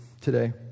today